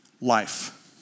life